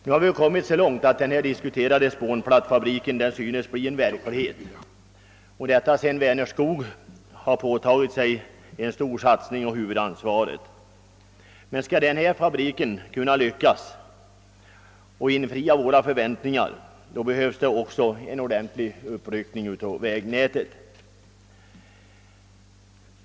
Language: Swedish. Nu har vi kommit så långt att den diskuterade spånplattefabriken synes bli verklighet, sedan Vänerskog åtagit sig huvudansvaret genom att göra en stor satsning. Men om våra förväntningar på den skall infrias behövs en ordentlig upprustning av standarden på vägnätet.